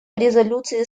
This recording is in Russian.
резолюции